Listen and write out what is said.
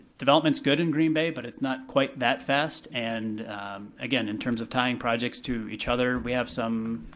development's good in green bay, but it's not quite that fast, and again, in terms of tying projects to each other, we have some